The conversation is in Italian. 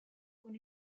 con